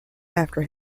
after